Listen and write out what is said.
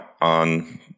on